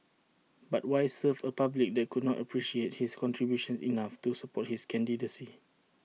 but why serve A public that could not appreciate his contributions enough to support his candidacy